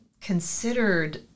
considered